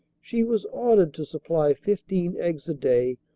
she was ordered to supply fifteen eggs a day,